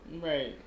Right